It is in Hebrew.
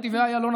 של נתיבי איילון,